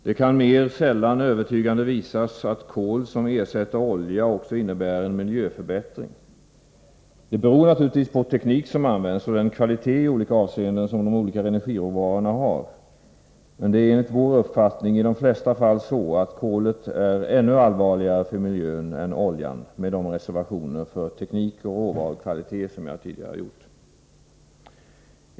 Det kan mera sällan övertygande visas, att kol som ersätter olja också innebär en miljöförbättring. Det beror naturligtvis på vilken teknik som används och den kvalitet i skilda avseenden som de olika energiråvarorna har. Men det är enligt vår uppfattning i de flesta fall så, att kolet är ännu allvarligare för miljön än oljan — med de reservationer för teknik och råvarukvalitet som jag nyss gjort.